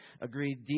agreed